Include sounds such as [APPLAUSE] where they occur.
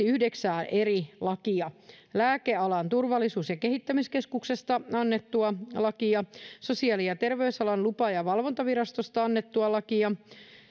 [UNINTELLIGIBLE] yhdeksää eri lakia lääkealan turvallisuus ja kehittämiskeskuksesta annettua lakia sosiaali ja terveysalan lupa ja valvontavirastosta annettua lakia